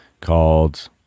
called